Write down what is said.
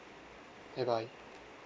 bye bye